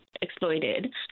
exploited